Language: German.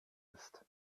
ist